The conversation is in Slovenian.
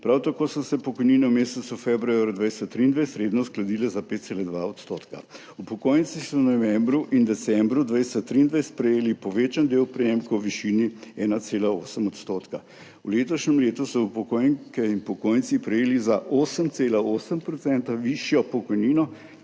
prav tako so se pokojnine v mesecu februarju 2023 redno uskladile za 5,2 %. Upokojenci so v novembru in decembru 2023 prejeli povečan del prejemkov v višini 1,8 %. V letošnjem letu so upokojenke in upokojenci prejeli za 8,8 % višjo pokojnino,